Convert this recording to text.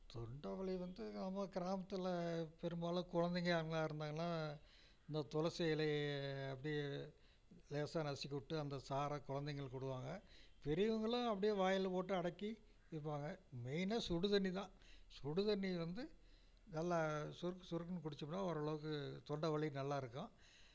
தொண்டைவலி வந்து நம்ம கிராமத்தில் பெரும்பாலும் குழந்தைங்க அவங்களா இருந்தாங்கன்னால் இந்த துளசி இலையை அப்படியே லேசாக நசுக்கி விட்டு அந்த சாறை கொழந்தைங்களுக்கு விடுவாங்க பெரியவர்களும் அப்படியே வாயில் போட்டு அடக்கி வைப்பாங்க மெயினாக சுடுதண்ணிதான் சுடுதண்ணி வந்து நல்ல சுருக்கு சுருக்குன்னு குடித்தோம்ன்னா ஓரளவுக்கு தொண்டை வலிக்கு நல்லாயிருக்கும்